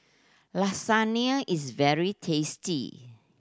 lasagne is very tasty